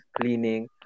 cleaning